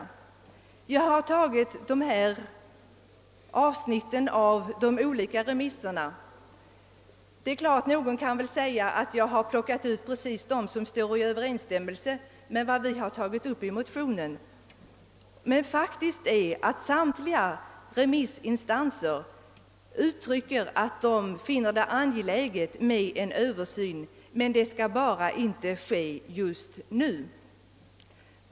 Nu kan naturligtvis någon säga att jag här har plockat ut de avsnitt ur remissvaren som överensstämmer med vad vi skrivit i motionerna, men faktum är att samtliga remissinstanser har förklarat att de finner det angeläget med en översyn, den skall bara inte göras just nu.